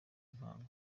ntango